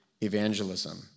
evangelism